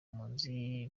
mpunzi